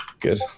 good